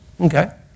Okay